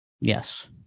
Yes